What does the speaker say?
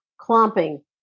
clomping